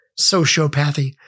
sociopathy